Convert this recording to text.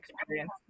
experience